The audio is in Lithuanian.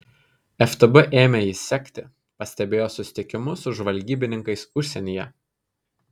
ftb ėmė jį sekti pastebėjo susitikimus su žvalgybininkais užsienyje